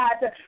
God